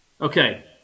Okay